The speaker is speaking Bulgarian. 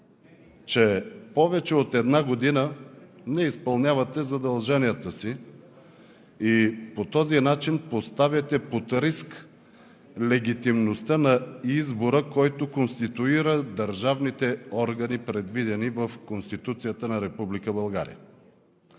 че повече от една година не изпълнявате задълженията си и по този начин поставяте под риск легитимността на избора, който конституира държавните органи, предвидени в Конституцията на